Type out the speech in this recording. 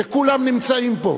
שכולם נמצאים בו.